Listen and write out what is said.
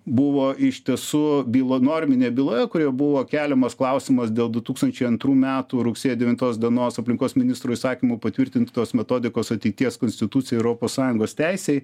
buvo iš tiesų byla norminėje byloje kurioje buvo keliamas klausimas dėl du tūkstančiai antrų metų rugsėjo devintos dienos aplinkos ministro įsakymu patvirtintos metodikos ateities konstitucijai europos sąjungos teisei